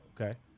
Okay